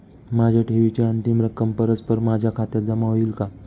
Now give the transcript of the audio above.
माझ्या ठेवीची अंतिम रक्कम परस्पर माझ्या खात्यात जमा होईल का?